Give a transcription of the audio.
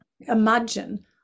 imagine